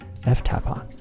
ftapon